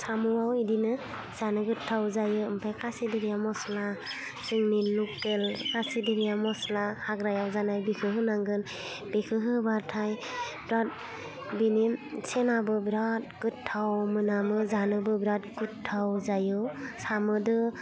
साम'वाव बिदिनो जानो गोथाव जायो ओमफाय खासिदिहिया मस्ला जोंनि लकेल खासिदिहिया मस्ला हाग्रायाव जानाय बिखो होनांगोन बेखो होबाथाय बिराद बिनि सेनाबो बिराद गोथाव मोनामो जानोबो बिराद गोथाव जायो साम'जों